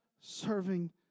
serving